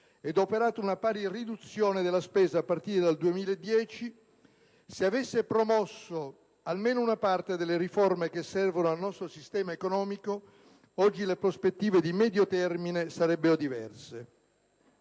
e operato una pari riduzione della spesa a partire dal 2010, se avesse promosso almeno una parte delle riforme che servono al nostro sistema economico, oggi le prospettive di medio termine sarebbero diverse.